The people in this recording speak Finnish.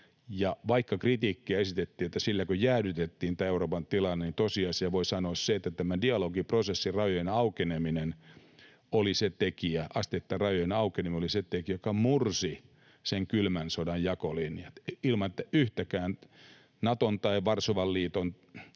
vaikka kritiikkiä esitettiin, että silläkö jäädytettiin tämä Euroopan tilanne, niin tosiasiana voi sanoa sen, että tämä dialogiprosessi, asteittainen rajojen aukeneminen, oli se tekijä, joka mursi kylmän sodan jakolinjat ilman, että yhtäkään Naton tai Varsovan liiton